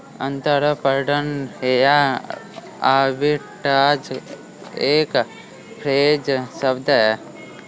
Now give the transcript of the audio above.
अंतरपणन या आर्बिट्राज एक फ्रेंच शब्द है